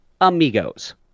amigos